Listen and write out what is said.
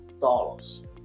dollars